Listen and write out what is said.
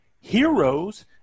heroes